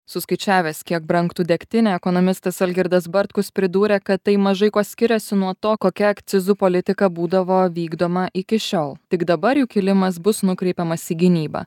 suskaičiavęs kiek brangtų degtinė ekonomistas algirdas bartkus pridūrė kad tai mažai kuo skiriasi nuo to kokia akcizų politika būdavo vykdoma iki šiol tik dabar jų kilimas bus nukreipiamas į gynybą